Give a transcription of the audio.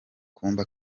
kumba